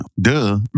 duh